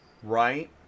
Right